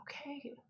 okay